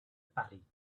batty